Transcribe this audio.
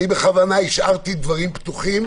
בכוונה השארתי דברים פתוחים